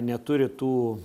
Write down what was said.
neturi tų